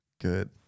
Good